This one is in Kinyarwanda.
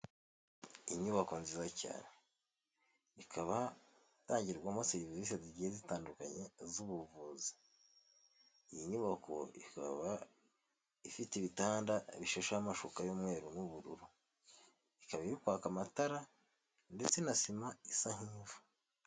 Inyubako nziza cyane, ikaba itangirwamo serivise zigiye zitandukanye z'ubuvuzi. Iyi nyubako ikaba ifite ibitanda bishasheho amashuka y'umweru n'ubururu ikaba iri kwaka amatara ndetse na sima isa nk'ivu.